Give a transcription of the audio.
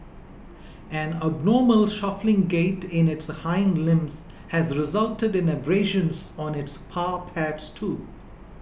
an abnormal shuffling gait in its hind limbs has resulted in abrasions on its paw pads too